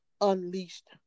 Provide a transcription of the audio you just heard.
Unleashed